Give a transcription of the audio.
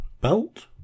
belt